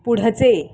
पुढचे